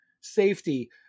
safety